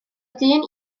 dyn